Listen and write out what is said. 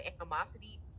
animosity